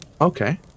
Okay